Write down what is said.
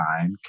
time